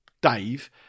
Dave